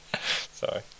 Sorry